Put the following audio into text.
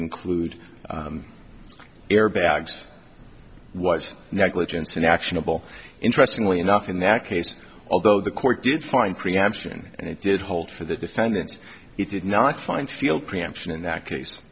include airbags was negligence and actionable interestingly enough in that case although the court did find preemption and it did hold for the defendants it did not find field preemption in that case